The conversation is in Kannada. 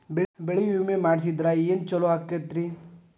ಬೆಳಿ ವಿಮೆ ಮಾಡಿಸಿದ್ರ ಏನ್ ಛಲೋ ಆಕತ್ರಿ?